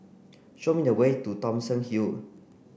show me the way to Thomson Hill